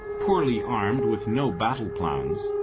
poorly armed with no battle plans,